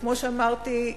וכמו שאמרתי,